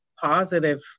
positive